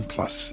Plus